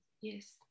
Yes